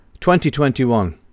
2021